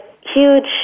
huge